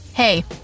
Hey